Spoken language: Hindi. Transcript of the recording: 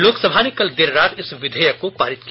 लोकसभा ने कल देर रात इस विधेयक को पारित किया